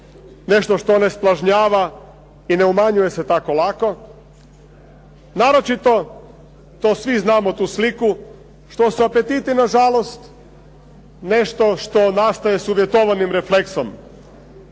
nešto što ne splažnjava i ne umanjuje se tako lako. Naročito to svi znamo tu sliku što su apetiti nažalost nešto što nastaje s uvjetovanim refleksom.